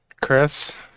Chris